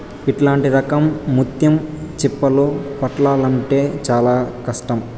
ఇట్లాంటి రకం ముత్యం చిప్పలు పట్టాల్లంటే చానా కష్టం